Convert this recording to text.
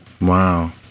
Wow